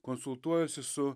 konsultuojuosi su